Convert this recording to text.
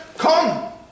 Come